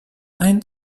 ein